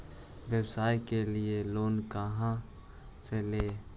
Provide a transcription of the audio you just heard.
व्यवसाय के लिये लोन खा से ले?